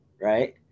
right